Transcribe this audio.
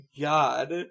God